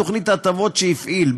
תוכנית הטבות שהפעיל,